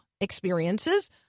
experiences